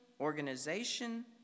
organization